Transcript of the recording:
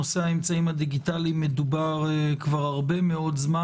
נושא האמצעים הדיגיטליים מדובר כבר הרבה מאוד זמן.